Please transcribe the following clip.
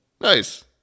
nice